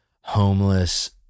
homeless